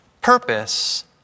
purpose